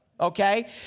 Okay